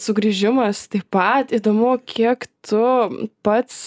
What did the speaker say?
sugrįžimas taip pat įdomu kiek tu pats